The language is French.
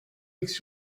les